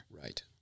Right